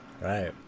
Right